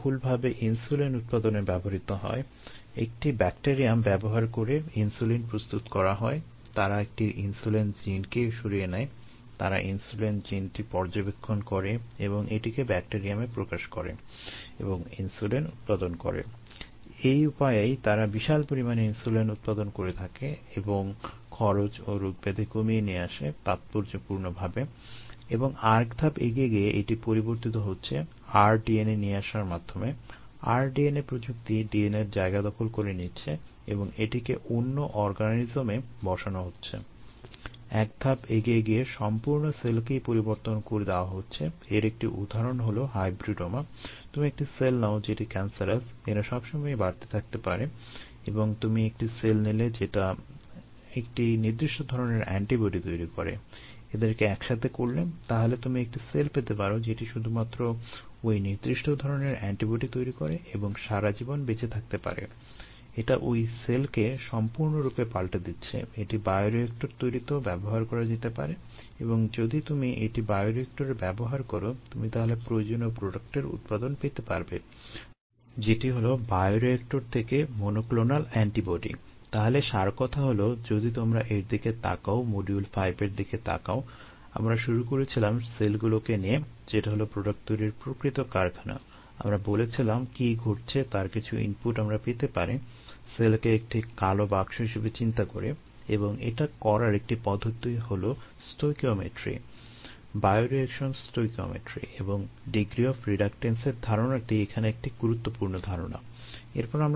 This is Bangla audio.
Refer Slide Time 5054 এবং rDNA বহুলভাবে ইনসুলিন উৎপাদনে ব্যবহৃত হয়